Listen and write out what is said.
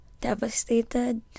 devastated